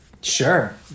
Sure